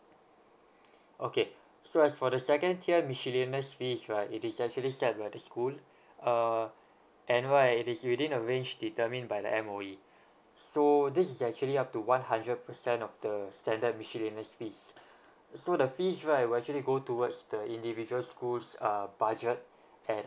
okay so as for the second tier miscellaneous fees right it is actually by right the school uh annual and it is within a range determine by the M_O_E so this is actually up to one hundred percent of the standard miscellaneous fees so the fees right will actually go towards the individual school's uh budget and